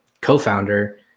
co-founder